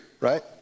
right